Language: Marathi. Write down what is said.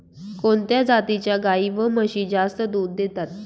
कोणत्या जातीच्या गाई व म्हशी जास्त दूध देतात?